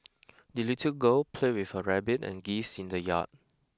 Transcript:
the little girl played with her rabbit and geese in the yard